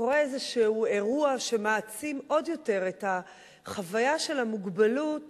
קורה איזשהו אירוע שמעצים עוד יותר את החוויה של המוגבלות